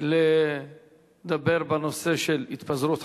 לדבר בנושא ההתפזרות,